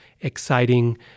exciting